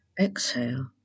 Exhale